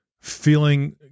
feeling